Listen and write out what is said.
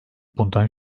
bundan